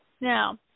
Now